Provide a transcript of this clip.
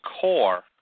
core